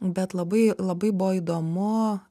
bet labai labai buvo įdomu